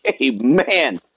amen